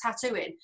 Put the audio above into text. tattooing